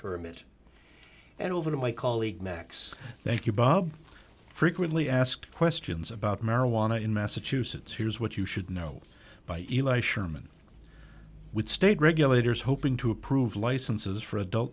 permit and over to my colleague max thank you bob frequently asked questions about marijuana in massachusetts here's what you should know by e m i sherman with state regulators hoping to approve licenses for adult